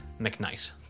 McKnight